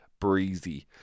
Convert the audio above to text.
breezy